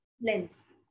lens